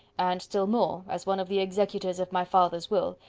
and, still more, as one of the executors of my father's will,